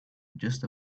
just